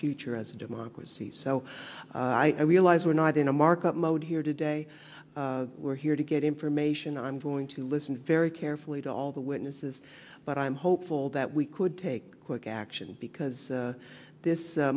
future as a democracy so i realize we're not in a mark up mode here today we're here to get information i'm going to listen very carefully to all the witnesses but i'm hopeful that we could take quick action because this